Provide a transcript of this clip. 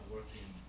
working